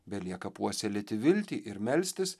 belieka puoselėti viltį ir melstis